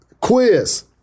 quiz